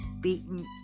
beaten